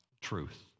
truth